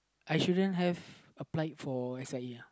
I shouldn't have applied for Sia